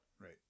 right